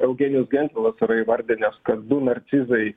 eugenijus gentvilas yra įvardinęs kad du narcizai